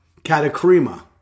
katakrima